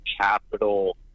capital